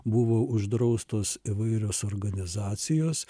buvo uždraustos įvairios organizacijos